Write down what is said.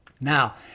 now